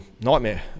nightmare